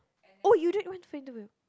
oh you didn't went for interview